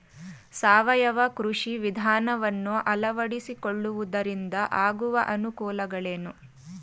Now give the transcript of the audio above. ಸಾವಯವ ಕೃಷಿ ವಿಧಾನವನ್ನು ಅಳವಡಿಸಿಕೊಳ್ಳುವುದರಿಂದ ಆಗುವ ಅನುಕೂಲಗಳೇನು?